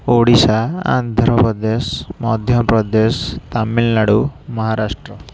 Odisha Andhra Pradesh Madhya Pradesh Tamil Nadu Maharashtra